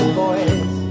boys